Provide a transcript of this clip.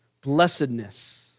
blessedness